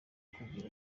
kugira